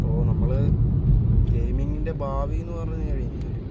അപ്പോൾ നമ്മള് ഗെയിമിങ്ങിൻ്റെ ഭാവി എന്ന് പറഞ്ഞു കഴിഞ്ഞാല്